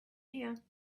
here